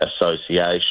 Association